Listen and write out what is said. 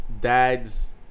dad's